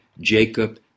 Jacob